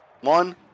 One